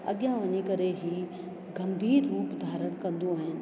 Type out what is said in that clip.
अॻियां वञी करे हीअ गंभीर रूप धारण कंदो आहिनि